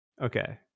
Okay